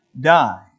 die